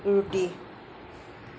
ৰুটি